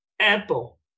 Apple